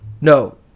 No